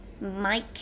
Mike